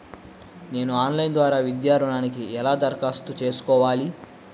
నేను ఆన్లైన్ ద్వారా విద్యా ఋణంకి ఎలా దరఖాస్తు చేసుకోవాలి?